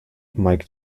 mike